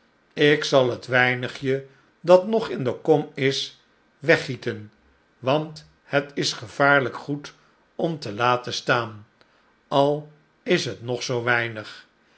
ik zal het weinigje dat nog in de kom is weggieten want het is gevaarlijk goed om te laten staan al is het nog zoo weinig